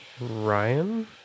Ryan